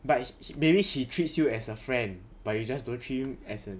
but he he maybe he treats you as a friend but you just don't treat him as a